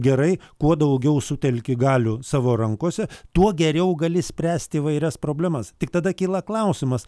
gerai kuo daugiau sutelki galių savo rankose tuo geriau gali spręsti įvairias problemas tik tada kyla klausimas